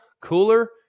cooler